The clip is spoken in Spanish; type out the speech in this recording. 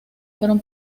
fueron